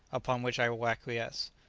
upon which i will acquiesce.